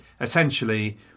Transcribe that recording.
essentially